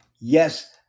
Yes